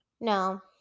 No